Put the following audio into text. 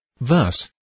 Thus